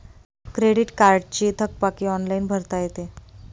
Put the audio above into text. credit कार्डची थकबाकी online भरता येते